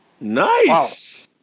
Nice